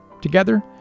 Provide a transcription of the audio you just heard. Together